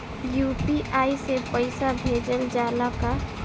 UPI से पईसा भेजल जाला का?